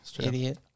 Idiot